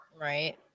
Right